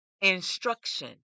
instruction